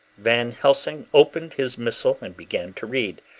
van helsing opened his missal and began to read,